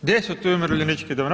Gdje su ti umirovljenički domovi?